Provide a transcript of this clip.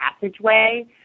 passageway